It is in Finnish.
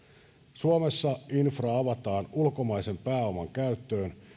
suomessa infra avataan ulkomaisen pääoman käyttöön